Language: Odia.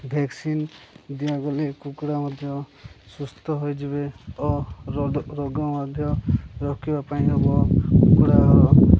ଭେକ୍ସିନ୍ ଦିଆଗଲେ କୁକୁଡ଼ା ମଧ୍ୟ ସୁସ୍ଥ ହୋଇଯିବେ ଓ ରୋଗ ମଧ୍ୟ ରୋକିବା ପାଇଁ ହବ କୁକୁଡ଼ା